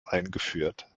eingeführt